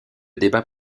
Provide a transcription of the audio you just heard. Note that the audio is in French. débats